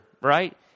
right